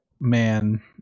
Man